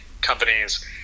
companies